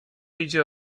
idzie